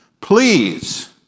please